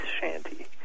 shanty